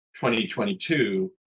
2022